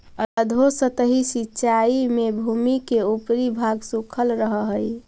अधोसतही सिंचाई में भूमि के ऊपरी भाग सूखल रहऽ हइ